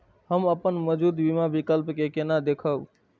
हम अपन मौजूद बीमा विकल्प के केना देखब?